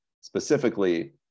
specifically